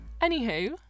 anywho